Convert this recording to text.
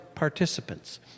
participants